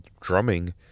drumming